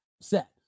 set